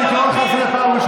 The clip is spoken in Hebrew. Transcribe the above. החברים שלך, אלה שנגד חיילי צה"ל.